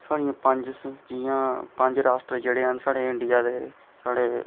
साढ़ियां पंज जि'यां पंज राष्ट्र जेह्ड़े हैन साढ़े